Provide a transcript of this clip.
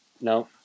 no